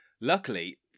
Luckily